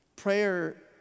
Prayer